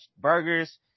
burgers